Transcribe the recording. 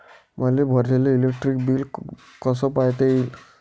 मले भरलेल electric bill कस पायता येईन?